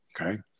okay